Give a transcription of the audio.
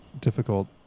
difficult